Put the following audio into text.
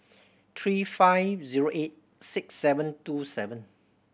three five zero eight six seven two seven